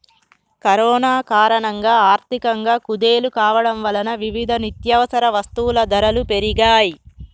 corona కారణంగా ఆర్థికంగా కుదేలు కావడం వలన వివిధ నిత్యవసర వస్తువుల ధరలు పెరిగాయ్